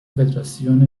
فدراسیون